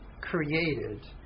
created